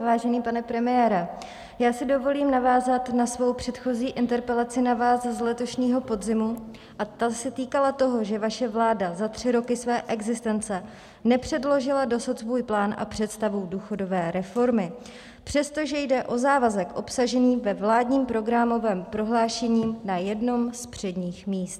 Vážený pane premiére, já si dovolím navázat na svou předchozí interpelaci na vás z letošního podzimu a ta se týkala toho, že vaše vláda za tři roky své existence nepředložila dosud svůj plán a představu důchodové reformy, přestože jde o závazek obsažený ve vládním programovém prohlášení na jednom z předních míst.